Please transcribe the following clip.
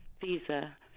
Visa